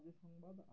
সংবাদ